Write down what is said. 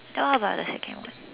then what about the second one